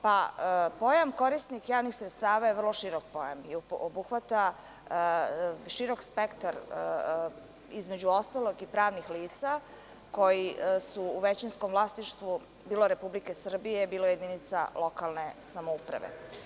Pojam – korisnik javnih sredstava je vrlo širok pojam i obuhvata širok spektar, između ostalog i pravnih lica koji su u većinskom vlasništvu bilo Republike Srbije, bilo jedinica lokalne samouprave.